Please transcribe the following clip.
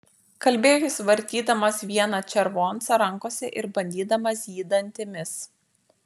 kalbėjo jis vartydamas vieną červoncą rankose ir bandydamas jį dantimis